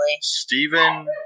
Stephen